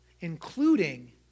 including